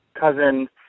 cousin